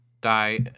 die